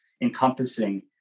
encompassing